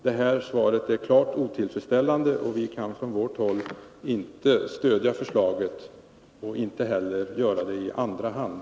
Det lämnade svaret är klart otillfredsställande, och vi kan från vårt håll inte stödja förslaget, varken i första eller i andra hand.